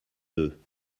deux